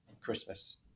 Christmas